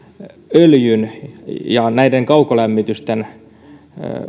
öljyn ja kaukolämmityksen